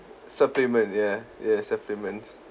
supplement ya ya supplements